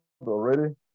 already